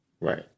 right